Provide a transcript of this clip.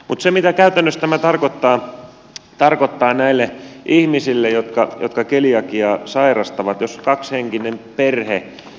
mutta se mitä käytännössä tämä tarkoittaa näille ihmisille jotka keliakiaa sairastavat